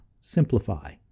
Simplify